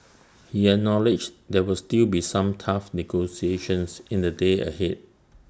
he acknowledged there would still be some tough negotiations in the days ahead